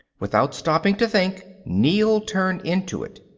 without stopping to think, neel turned into it.